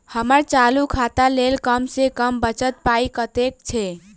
हम्मर चालू खाता लेल कम सँ कम बचल पाइ कतेक छै?